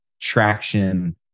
traction